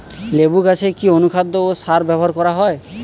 লেবু গাছে কি অনুখাদ্য ও সার ব্যবহার করা হয়?